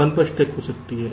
1 पर स्टक हो सकता है